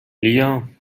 لیام